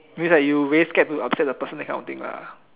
means that you're really scared to upset the person that kind of thing lah